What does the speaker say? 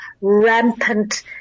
rampant